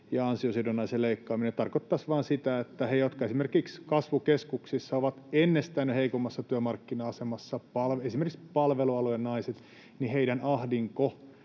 ja ansiosidonnaisen leikkaaminen tarkoittaisivat vain sitä, että heidän ahdinkonsa, jotka esimerkiksi kasvukeskuksissa ovat jo ennestään heikommassa työmarkkina-asemassa, esimerkiksi palvelualojen naiset, vain kasvaisi